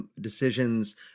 decisions